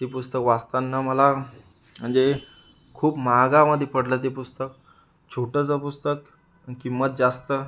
ते पुस्तक वाचतांना मला म्हणजे खूप महागामध्ये पडलं ते पुस्तक छोटंसं पुस्तक नि किंमत जास्त